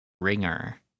ringer